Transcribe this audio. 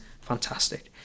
fantastic